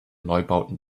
neubauten